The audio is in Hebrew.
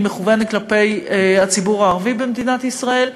היא מכוונת כלפי הציבור הערבי במדינת ישראל.